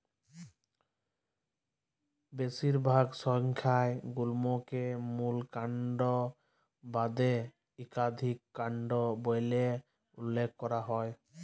বেশিরভাগ সংখ্যায় গুল্মকে মূল কাল্ড বাদে ইকাধিক কাল্ড ব্যইলে উল্লেখ ক্যরা হ্যয়